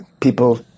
People